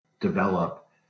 develop